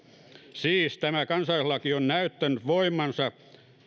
siis tämä kansalaislaki on näyttänyt voimansa